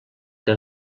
que